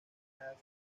las